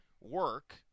work